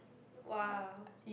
!wow!